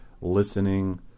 listening